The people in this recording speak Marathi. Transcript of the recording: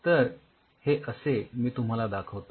तर हे असे मी तुम्हाला दाखवतो